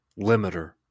limiter